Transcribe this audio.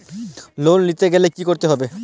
Loan নিতে গেলে কি করতে হবে?